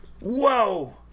whoa